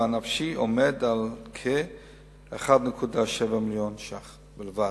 הנפשי עומד על כ-1.7 מיליון שקלים בלבד.